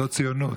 זאת ציונות.